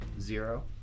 Zero